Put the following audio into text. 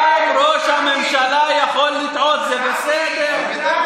גם ראש הממשלה יכול לטעות, זה בסדר.